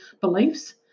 beliefs